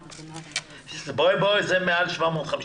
ב-501, בין 501